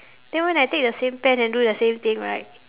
then when I take the same pen and do the same thing right